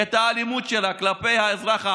את האלימות שלה כלפי האזרח הערבי,